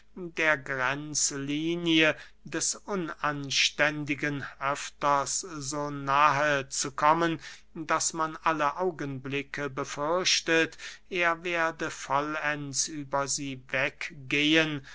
der grenzlinie des unanständigen öfters so nahe zu kommen daß man alle augenblicke befürchtet er werde vollends über sie weggehen